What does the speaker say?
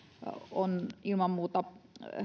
on ilman muuta